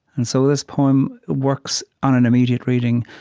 and so this poem works on an immediate reading,